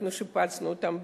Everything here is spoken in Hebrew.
אנחנו שיפצנו אותן,